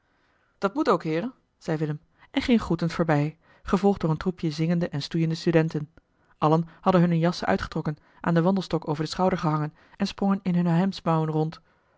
dat moet ook heeren zei willem en ging groetend voorbij gevolgd door een troepje zingende en stoeiende studenten allen hadden hunne jassen uitgetrokken aan den wandelstok over den schouder gehangen en sprongen in hunne hemdsmouwen rond